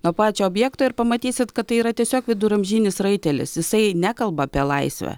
nuo pačio objekto ir pamatysite kad tai yra tiesiog viduramžinis raitelis jisai nekalba apie laisvę